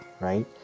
right